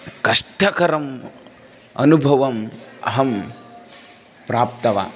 कष्टकरम् अनुभवम् अहं प्राप्तवान्